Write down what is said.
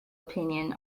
opinion